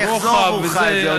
אני אחזור עבורך על זה.